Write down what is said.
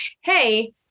hey